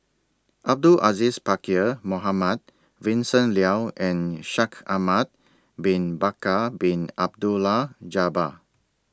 Abdul Aziz Pakkeer Mohamed Vincent Leow and Shaikh Ahmad Bin Bakar Bin Abdullah Jabbar